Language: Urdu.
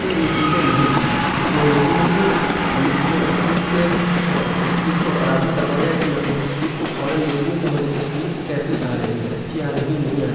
تو یہ چیزیں نہیں تھیں ٹیکنالوجی نے ہی ہم کو اس چیز سے اس چیز کو فراہم کروایا ہے کہ میں اپنی تصویر کو فوراً دیکھ لوں کہ ہماری تصویر کیسی آ رہی ہے اچھی آ رہی نہیں آ رہی ہے